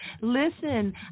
listen